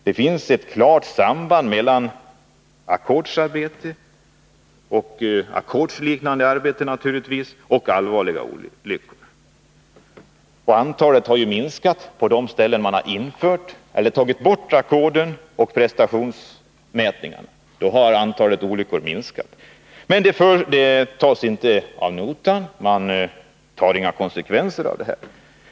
Det finns ett klart samband mellan ackordsarbete och naturligtvis ackordsliknande arbete och allvarliga olyckor. Antalet olyckor har ju minskat på de ställen där man har tagit bort ackorden och prestationsmätningarna. Men detta tas inte ad notam. Man tar inga konsekvenser av detta.